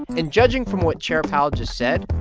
and judging from what chair powell just said,